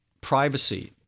privacy